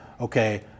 okay